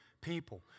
people